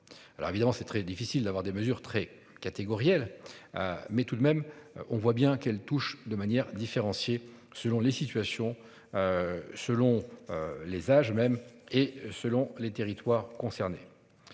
Alors évidemment c'est très difficile d'avoir des mesures très catégoriels. Mais tout de même, on voit bien qu'elles touchent de manière différenciée selon les situations. Selon. Les âges même et selon les territoires concernés.